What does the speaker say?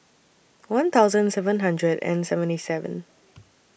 one thousand seven hundred and seventy seven